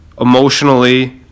emotionally